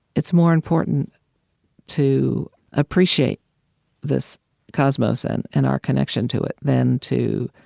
it's more important to appreciate this cosmos and and our connection to it than to